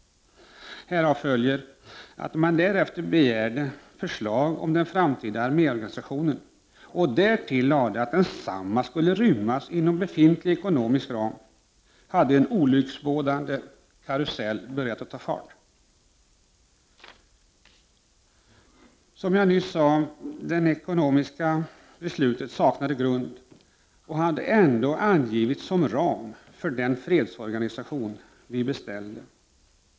När man sedan begärde förslag om den framtida arméorganisationen och tillade att den skulle rymmas inom befintlig ekonomisk ram började en olycksbådande karusell att ta fart. Trots att det ekonomiska beslutet saknade grund, hade det ändå angivits som ram för det förslag om arméns organisation i fredstid som vi beställde.